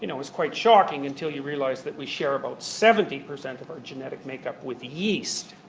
you know, is quite shocking, until you realise that we share about seventy percent of our genetic make-up with yeast.